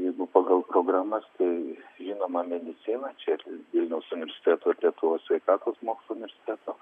jeigu pagal programas tai žinoma mediciną čia ir vilniaus universiteto ir lietuvos sveikatos mokslų universiteto